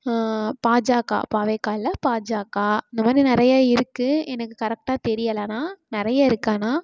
பாஜக பாவேக இல்லை பாஜக இந்த மாதிரி நிறைய இருக்குது எனக்கு கரெக்டாக தெரியலை ஆனால் நிறைய இருக்குது ஆனால்